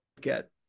get